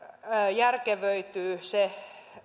järkevöityy se